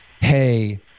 Hey